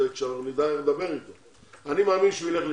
אני מאמין שהוא ילך לקראתנו.